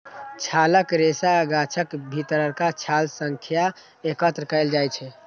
छालक रेशा गाछक भीतरका छाल सं एकत्र कैल जाइ छै